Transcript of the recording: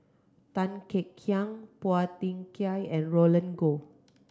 Tan Kek Hiang Phua Thin Kiay and Roland Goh